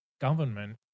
government